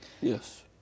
Yes